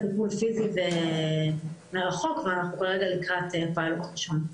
טיפול פיזי מרחוק ואנחנו כרגע לקראת פיילוט ראשון.